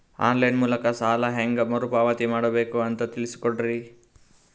On line ಮೂಲಕ ಸಾಲ ಹೇಂಗ ಮರುಪಾವತಿ ಮಾಡಬೇಕು ಅಂತ ತಿಳಿಸ ಕೊಡರಿ?